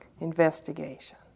investigation